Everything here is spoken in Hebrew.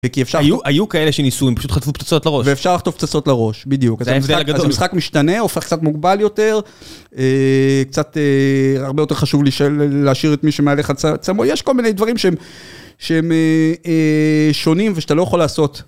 כי היו כאלה שניסו, הם פשוט חטפו פצצות לראש. ואפשר לחטוף פצצות לראש, בדיוק. זה המשחק משתנה, הופך קצת מוגבל יותר, קצת הרבה יותר חשוב להשאיר את מי שמעליך את צמו, יש כל מיני דברים שהם שונים ושאתה לא יכול לעשות.